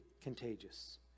contagious